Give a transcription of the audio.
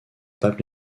pape